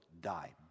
die